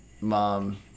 Mom